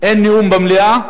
אין נאום במליאה,